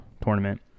tournament